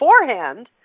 beforehand